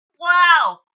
Wow